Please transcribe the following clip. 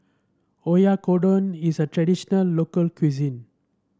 Oyakodon is a traditional local cuisine